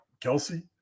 Kelsey